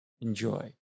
enjoy